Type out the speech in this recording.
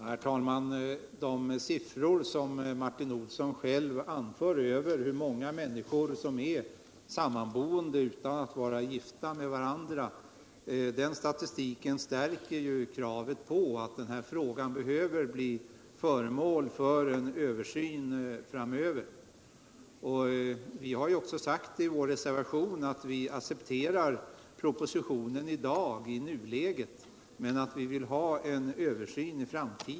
Herr talman! De siffror som Martin Olsson själv anför på hur många människor som sammanbor utan att vara gifta med varandra stärker ju kravet på att denna fråga framdeles ses över. I vår reservation har vi också sagt att vi i nuläget accepterar propositionen, men att vi senare vill ha en översyn.